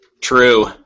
True